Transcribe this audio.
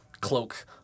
Cloak